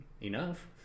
enough